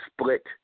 split